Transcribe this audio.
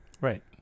Right